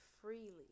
freely